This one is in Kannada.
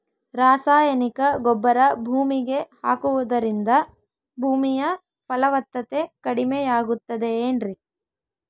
ರಾಸಾಯನಿಕ ಗೊಬ್ಬರ ಭೂಮಿಗೆ ಹಾಕುವುದರಿಂದ ಭೂಮಿಯ ಫಲವತ್ತತೆ ಕಡಿಮೆಯಾಗುತ್ತದೆ ಏನ್ರಿ?